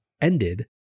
ended